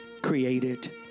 created